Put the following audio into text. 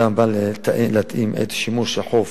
התמ"א באה להתאים את שימושי החוף